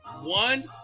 one